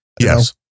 Yes